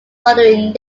following